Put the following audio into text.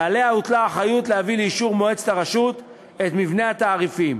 ועליה הוטלה האחריות להביא לאישור מועצת הרשות את מבנה התעריפים.